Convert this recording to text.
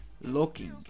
looking